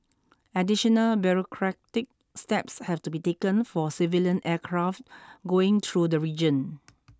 additional bureaucratic steps have to be taken for civilian aircraft going through the region